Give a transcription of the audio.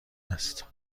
است